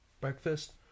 Breakfast